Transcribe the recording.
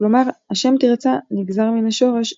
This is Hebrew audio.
כלומר השם תרצה נגזר מן השורש רצה,